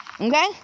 Okay